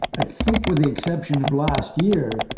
i think with the exception of last year,